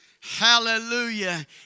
Hallelujah